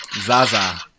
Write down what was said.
Zaza